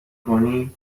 کنی